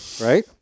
right